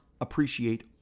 appreciate